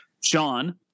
Sean